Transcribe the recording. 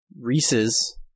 Reese's